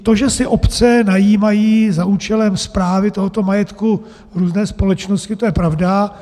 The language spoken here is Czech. To, že si obce najímají za účelem správy tohoto majetku různé společnosti, to je pravda.